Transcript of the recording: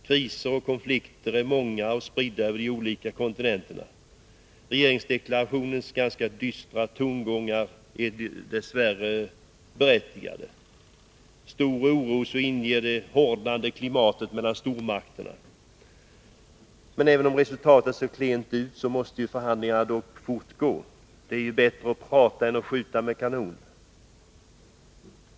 Kriserna och konflikterna är många och spridda över de olika kontinenterna. Regeringsdeklarationens ganska dystra tongångar är dess värre berättigade. Stor oro inger det hårdnande klimatet mellan stormakterna. Även om resultatet ser klent ut, måste dock förhandlingar fortgå. Det är alltid bättre att prata än att skjuta med kanon.